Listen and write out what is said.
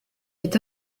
est